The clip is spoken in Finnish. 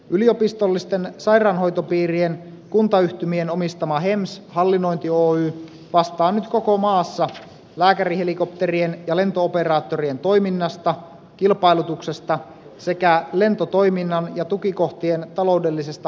yliopistollisten sairaanhoitopiirien kuntayhtymien omistama hems hallinnointi oy vastaa nyt koko maassa lääkärihelikopterien ja lento operaattorien toiminnasta ja kilpailutuksesta sekä lentotoiminnan ja tukikohtien taloudelli sesta hallinnoimisesta